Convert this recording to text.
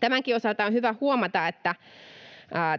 Tämänkin osalta on hyvä huomata, että